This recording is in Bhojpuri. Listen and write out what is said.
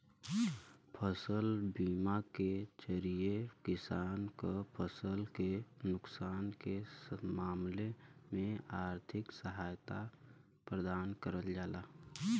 फसल बीमा के जरिये किसान क फसल के नुकसान के मामले में आर्थिक सहायता प्रदान करल जाला